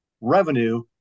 revenue